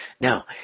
Now